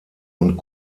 und